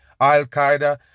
Al-Qaeda